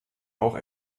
auch